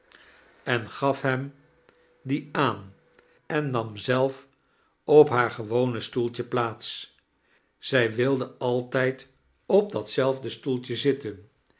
en gaf hem die aan en nam zelf op haar gewone stoeltje plaats zij wild al'tijd op dataaelfde sifcoelitje zitten